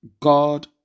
God